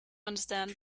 understand